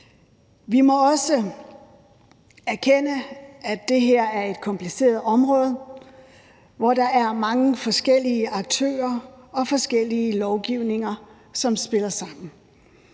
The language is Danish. Vi må også erkende, at det her er et kompliceret område, hvor der er mange forskellige aktører og forskellige lovgivninger, som spiller sammen.